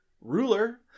ruler